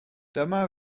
dyma